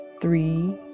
Three